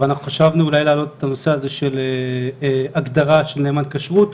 אבל אנחנו חשבנו אולי להעלות את הנושא הזה של הגדרה של נאמן כשרות.